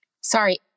Sorry